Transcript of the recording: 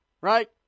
right